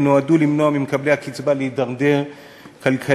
הן נועדו למנוע ממקבלי הקצבה להידרדר כלכלית,